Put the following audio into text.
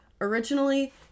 Originally